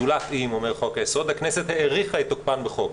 זולת אומר חוק-היסוד אם הכנסת האריכה את תוקפן בחוק.